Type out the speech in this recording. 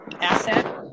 asset